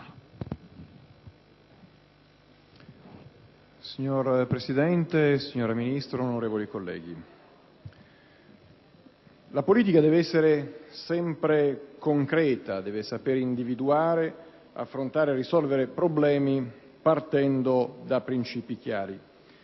Signor Presidente, signora Ministro, onorevoli colleghi, la politica deve essere sempre concreta, deve saper individuare, affrontare e risolvere i problemi partendo da principi chiari